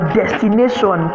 destination